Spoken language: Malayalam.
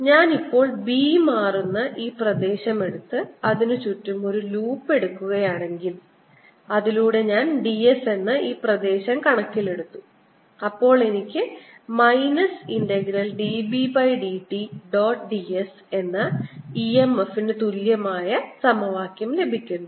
ഞാൻ ഇപ്പോൾ B മാറുന്ന ഈ പ്രദേശം എടുത്ത് അതിന് ചുറ്റും ഒരു ലൂപ്പ് എടുക്കുകയാണെങ്കിൽ അതിലൂടെ ഞാൻ ds എന്ന ഈ പ്രദേശം കണക്കിലെടുത്തു അപ്പോൾ എനിക്ക് minus integral dB by dt dot ds എന്ന EMF നു തുല്യമായ എന്ന വാക്യം ലഭിക്കുന്നു